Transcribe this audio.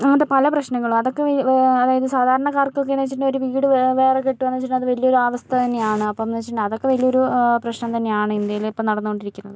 അങ്ങനത്തെ പല പ്രശ്നങ്ങളും അതൊക്കെ അതായത് സാധാരണക്കാർക്കൊക്കേന്ന് വെച്ചിട്ടുണ്ടെങ്കില് ഒരു വീട് വേറെ കെട്ടുക വെച്ചിട്ടുണ്ടെങ്കിൽ അതൊരാവസ്ഥ തന്നെയാണ് അപ്പന്ന് വെച്ചിട്ടുണ്ടെങ്കി അതൊക്കെ വലിയയൊരു പ്രശ്നം തന്നെയാണ് ഇന്ത്യയിലിപ്പോൾ നടന്ന് കൊണ്ടിരിക്കുന്നത്